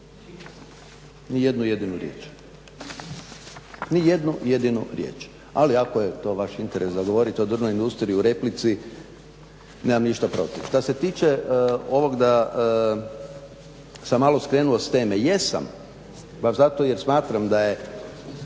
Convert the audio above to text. O drvnoj industriji. Ni jednu jedinu riječ. Ali ako je to vaš interes da govorite o drvnoj industriji u replici, nemam ništa protiv. Što se tiče ovog da sam malo skrenuo s teme, jesam, baš zato jer smatram da je